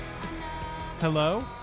Hello